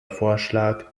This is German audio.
vorschlag